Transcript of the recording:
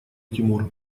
тимур